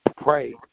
pray